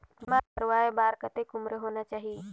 बीमा करवाय बार कतेक उम्र होना चाही?